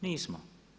Nismo.